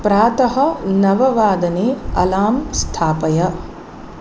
प्रातः नववादने अलार्म् स्थापय